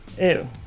ew